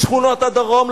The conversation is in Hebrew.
בשכונות הדרום,